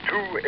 Two